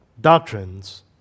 Doctrines